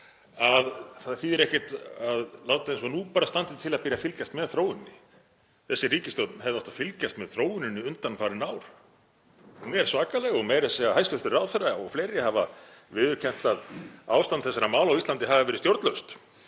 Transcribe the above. það þýðir ekkert að láta eins og nú standi til að byrja að fylgjast með þróuninni. Þessi ríkisstjórn hefði átt að fylgjast með þróuninni undanfarin ár. Hún er svakaleg og meira að segja hæstv. ráðherra og fleiri hafa viðurkennt að ástand þessara mála á Íslandi hafi verið stjórnlaust.